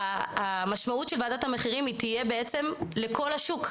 המשמעות של ועדת המחירים תהיה לכל השוק,